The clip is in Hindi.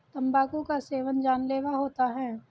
तंबाकू का सेवन जानलेवा होता है